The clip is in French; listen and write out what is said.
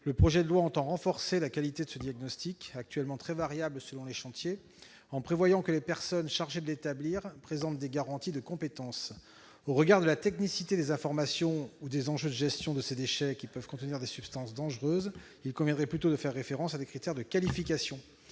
Le projet de loi entend renforcer la qualité de ce diagnostic, actuellement très variable selon les chantiers, en prévoyant que les personnes chargées de l'établir présentent des garanties de compétence. Au regard de la technicité des informations et des enjeux de gestion de ces déchets, qui peuvent contenir des substances dangereuses, il conviendrait plutôt de faire référence à des critères de qualification.